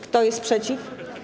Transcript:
Kto jest przeciw?